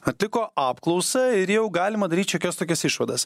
atliko apklausą ir jau galima daryt šiokias tokias išvadas